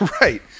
right